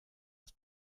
das